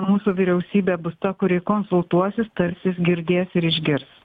mūsų vyriausybė bus ta kuri konsultuosis tarsis girdės ir išgirs